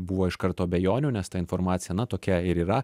buvo iš karto abejonių nes ta informacija na tokia ir yra